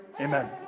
Amen